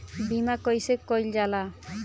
बीमा कइसे कइल जाला?